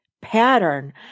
pattern